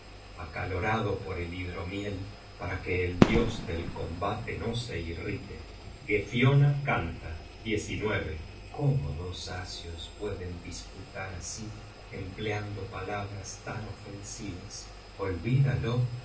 acalorado por el hidromiel para que el dios del combate no se irrite gefiona canta cómo dos asios pueden disputar así empleando palabras tan ofensivas olvida